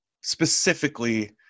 Specifically